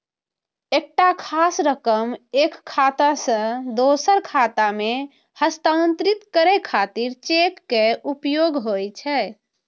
एकटा खास रकम एक खाता सं दोसर खाता मे हस्तांतरित करै खातिर चेक के उपयोग होइ छै